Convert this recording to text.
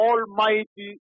Almighty